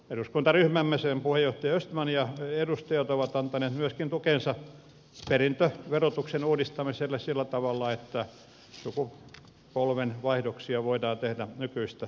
eduskuntaryhmämme sen puheenjohtaja östman ja edustajat ovat antaneet myöskin tukensa perintöverotuksen uudistamiselle sillä tavalla että sukupolvenvaihdoksia voidaan tehdä nykyistä joustavammin